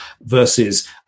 versus